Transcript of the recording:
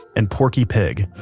and porky pig.